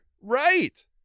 Right